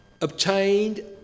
obtained